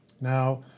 Now